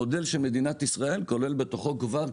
המודל של מדינת ישראל כולל בתוכו כבר,